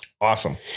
awesome